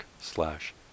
slash